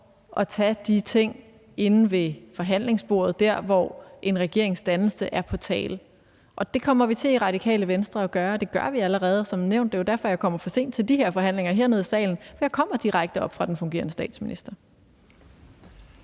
at tage de ting inde ved forhandlingsbordet, hvor en regeringsdannelse er på tale. Det kommer vi til at gøre i Radikale Venstre, og det gør vi som nævnt allerede. Det er derfor, jeg kommer for sent til de her forhandlinger hernede i salen, for jeg kommer direkte oppe fra den fungerende statsminister.